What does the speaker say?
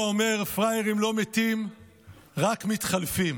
שפראיירים לא מתים רק מתחלפים.